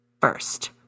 first